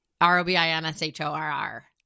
R-O-B-I-N-S-H-O-R-R